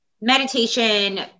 meditation